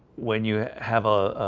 when you have a